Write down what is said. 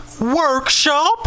workshop